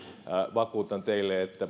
vakuutan teille että